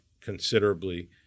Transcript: considerably